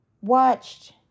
watched